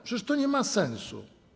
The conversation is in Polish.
Przecież to nie ma sensu.